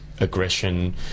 aggression